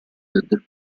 del